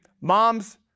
moms